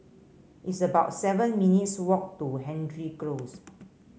it's about seven minutes' walk to Hendry Close